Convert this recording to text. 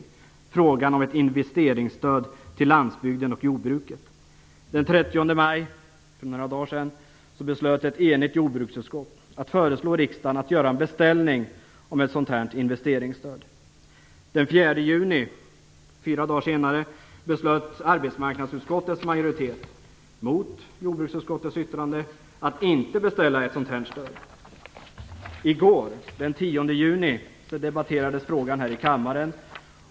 Det gäller frågan om ett investeringsstöd till landsbygden och jordbruket. Den 30 maj - för några dagar sedan - beslutade ett enigt jordbruksutskott att föreslå riksdagen att göra en beställning av ett sådant investerinsstöd. Den 4 juni - fyra dagar senare - beslutade arbetsmarknadsutskottets majoritet, mot jordbruksutskottets yttrande, att inte beställa något stöd. I går - den 10 juni - debatterades frågan här i kammaren.